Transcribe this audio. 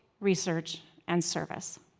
research and service.